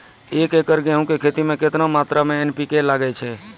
एक एकरऽ गेहूँ के खेती मे केतना मात्रा मे एन.पी.के लगे छै?